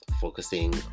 focusing